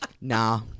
Nah